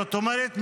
זאת אומרת,